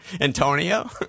Antonio